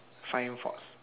flying fox